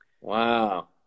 Wow